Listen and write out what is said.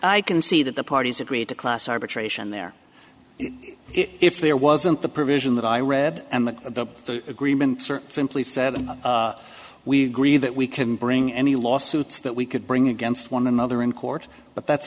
i can see that the parties agreed to class arbitration there if there wasn't the provision that i read the agreements or simply said we agree that we can bring any lawsuits that we could bring against one another in court but that's